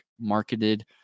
marketed